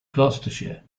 gloucestershire